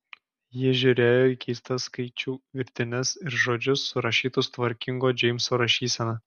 ji žiūrėjo į keistas skaičių virtines ir žodžius surašytus tvarkinga džeimso rašysena